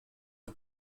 bei